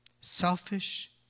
selfish